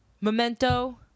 Memento